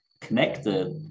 connected